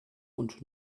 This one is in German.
und